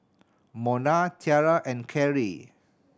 Mona Tiara and Kerry